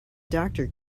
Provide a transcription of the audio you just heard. doctor